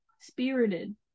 spirited